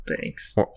thanks